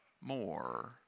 more